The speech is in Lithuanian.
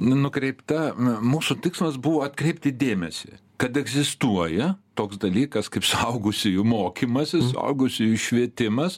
nukreipta mūsų tikslas buvo atkreipti dėmesį kad egzistuoja toks dalykas kaip suaugusiųjų mokymasis suaugusiųjų švietimas